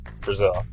Brazil